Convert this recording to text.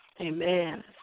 Amen